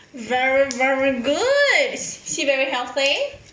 very very good is is he very healthy